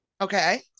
Okay